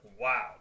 wow